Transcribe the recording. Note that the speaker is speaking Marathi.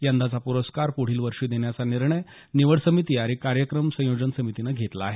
यंदाचा प्रस्कार पुढील वर्षी देण्याचा निर्णय निवड समिती आणि कार्यक्रम संयोजन समितीने घेतला आहे